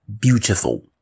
beautiful